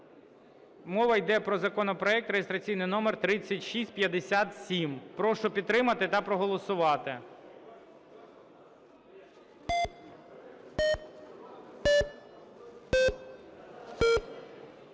Мова іде про законопроект реєстраційний номер 3657. Прошу підтримати та проголосувати.